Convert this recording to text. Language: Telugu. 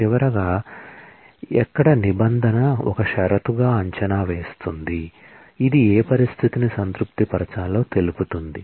చివరగా ఎక్కడ నిబంధన ఒక షరతుగా అంచనా వేస్తుంది ఇది ఏ పరిస్థితిని సంతృప్తి పరచాలో తెలుపుతుంది